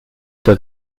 der